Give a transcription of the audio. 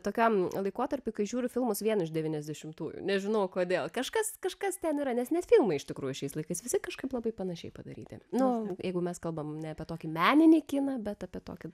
tokiam laikotarpy kai žiūriu filmus vien iš devyniasdešimtųjų nežinau kodėl kažkas kažkas ten yra nes net filmai iš tikrųjų šiais laikais visi kažkaip labai panašiai padaryti nu jeigu mes kalbam ne apie tokį meninį kiną bet apie tokį